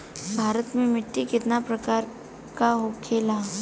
भारत में मिट्टी कितने प्रकार का होखे ला?